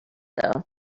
though